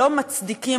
לא מצדיק.